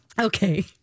Okay